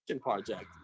project